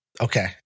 Okay